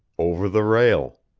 over the rail.